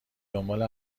دنبال